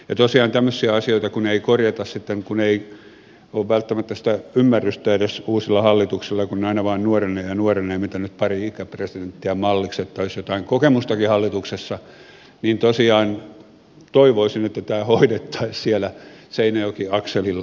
ja tosiaan kun tämmöisiä asioita ei korjata kun ei ole välttämättä sitä ymmärrystä edes uusilla hallituksilla kun ne aina vain nuorenevat ja nuorenevat mitä nyt pari ikäpresidenttiä on malliksi että olisi jotain kokemustakin hallituksessa niin tosiaan toivoisin että tämä hoidettaisiin siellä seinäjoki akselilla